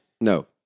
No